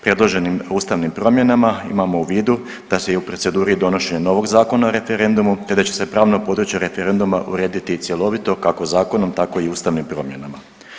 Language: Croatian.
Predloženim ustavnim promjenama imamo u vidu da se i u proceduri donošenja novog Zakona o referendumu te da će se pravno područje referenduma vrijediti cjelovito, kako zakonom, tako i ustavnim promjenama.